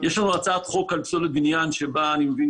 יש לנו הצעת חוק על פסולת בנין שבה אני מבין